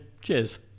Cheers